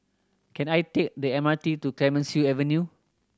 can I take the M R T to Clemenceau Avenue